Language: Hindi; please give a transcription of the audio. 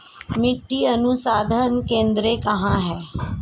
मिट्टी अनुसंधान केंद्र कहाँ है?